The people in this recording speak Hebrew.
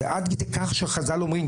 זה עד כדי כך שחז"ל אומרים,